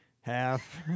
half